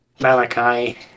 Malachi